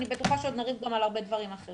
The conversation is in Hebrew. אני בטוחה שעוד נריב גם על הרבה דברים אחרים.